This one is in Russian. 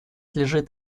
лежит